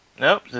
Nope